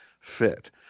fit